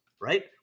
right